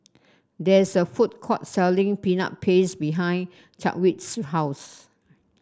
there is a food court selling Peanut Paste behind Chadwick's house